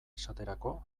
esaterako